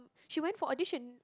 she went for audition